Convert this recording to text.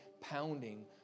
pounding